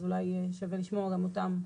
אז אולי שווה לשמוע גם אותם.